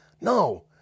no